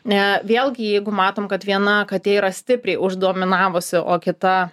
ne vėlgi jeigu matom kad viena katė yra stipriai uždominavusi o kita